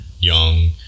young